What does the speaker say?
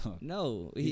No